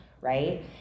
right